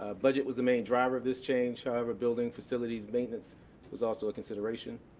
ah budget was the main driver of this change however, building facilities maintenance was also a consideration.